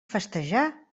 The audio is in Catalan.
festejar